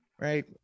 right